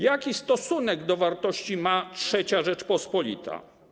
Jaki stosunek do wartości ma III Rzeczpospolita?